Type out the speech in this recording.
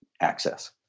access